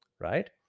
right